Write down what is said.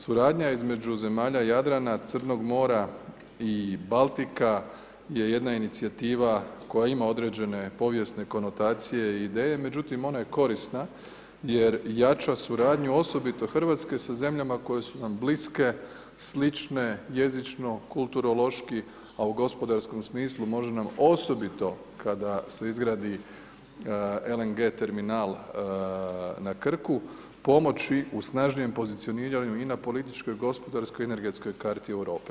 Suradnja između Jadrana, Crnog mora i Baltika je jedna inicijativa koja ima određene povijesne konotacije i ideje, međutim ona je korisna jer jača suradnju osobito Hrvatske sa zemljama koje su nam bliske, slične jezično, kulturološki, a u gospodarskom smislu može nam osobito kada se izgradi LNG terminal na Krku pomoći u snažnijem pozicioniranju i na političkoj i gospodarskoj, energetskoj karti Europe.